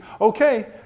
okay